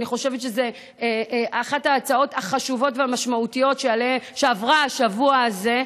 אני חושבת שזו אחת ההצעות החשובות והמשמעותיות שעברה השבוע הזה,